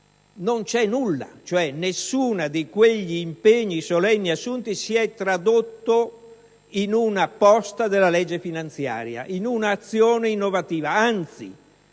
in quanto nessuno di quegli impegni solenni si è tradotto in una posta della legge finanziaria, in un'azione innovativa. Anzi,